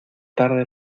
tarde